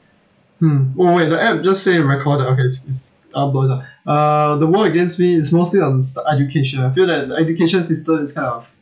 hmm oh wait the app just say recorded okay is is all burned ah uh the world against me is mostly on st~ education I feel that the education system is kind of